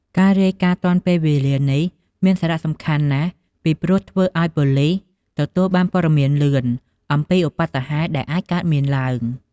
ការរាយការណ៍ទាន់ពេលវេលានេះមានសារៈសំខាន់ណាស់ ពីព្រោះវាធ្វើឲ្យប៉ូលិស ទទួលបានព័ត៌មានលឿន អំពីឧប្បត្តិហេតុដែលអាចកើតមានឡើង។